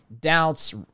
doubts